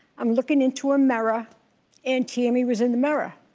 i'm looking into a mirror and tammy was in the mirror.